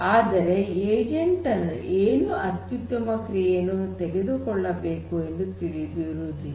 ಆದರೆ ಏಜೆಂಟ್ಗೆ ಏನು ಅತ್ಯುತ್ತಮ ಕ್ರಿಯೆಯನ್ನು ತೆಗೆದುಕೊಳ್ಳಬೇಕು ಎಂದು ತಿಳಿದಿರುವುದಿಲ್ಲ